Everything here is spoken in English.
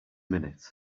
minute